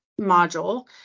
module